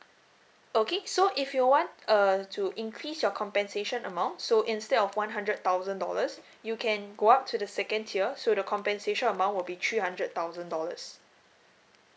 okay so if you want uh to increase your compensation amount so instead of one hundred thousand dollars you can go up to the second tier so the compensation amount will be three hundred thousand dollars